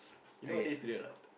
you know what day is today or not